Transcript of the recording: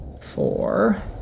four